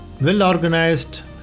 well-organized